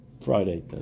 Friday